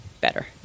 better